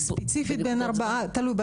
ספציפית בין ארבעה, תלוי.